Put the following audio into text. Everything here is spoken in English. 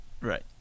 Right